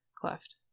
cleft